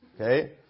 Okay